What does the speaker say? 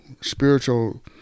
spiritual